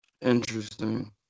Interesting